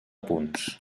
punts